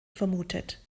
vermutet